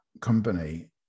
company